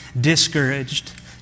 discouraged